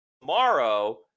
tomorrow